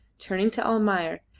turning to almayer,